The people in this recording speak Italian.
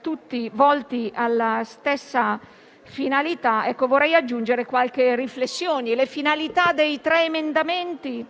tutti volti alla stessa finalità, vorrei aggiungere qualche riflessione. La finalità dei tre emendamenti